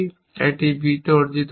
একটি b এ অর্জিত হয়েছে